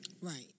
Right